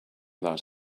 that